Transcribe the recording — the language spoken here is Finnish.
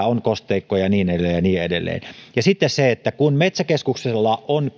on kosteikkoa ja niin edelleen ja niin edelleen ja kun metsäkeskuksella on